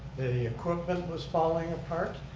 the equipment was falling apart.